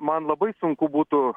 man labai sunku būtų